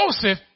Joseph